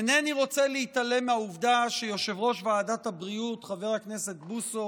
אינני רוצה להתעלם מהעובדה שיושב-ראש ועדת הבריאות חבר הכנסת בוסו